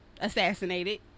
assassinated